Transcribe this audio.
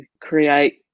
create